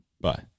bye